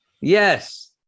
Yes